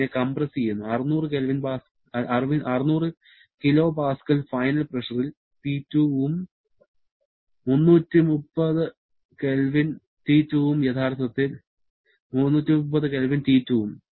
അതിനെ കംപ്രസ് ചെയ്യുന്നു 600 kPa final പ്രഷറിൽ P2 ഉം 330 K T2 ഉം